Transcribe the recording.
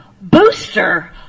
booster